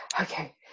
okay